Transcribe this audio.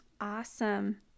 Awesome